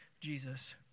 Jesus